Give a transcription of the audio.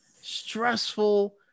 stressful